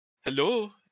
Hello